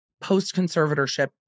post-conservatorship